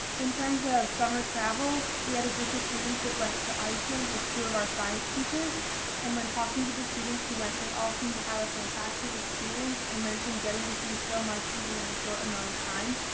in terms of summer travel, we had a group of students that went to iceland with two of our science teachers and when talking to the students who went they all seemed to have a fantastic experience and mentioned getting to see so much, even in the short amount of time.